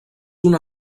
una